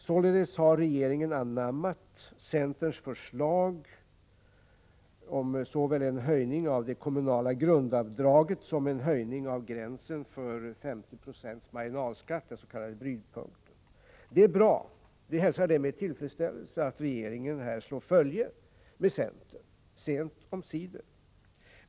Således har regeringen anammat centerns förslag om såväl en höjning av det kommunala grundavdraget som en höjning av gränsen för 50 26 marginalskatt, den s.k. brytpunkten. Det är bra. Vi hälsar med tillfredsställelse att regeringen här, sent omsider, slår följe med centern.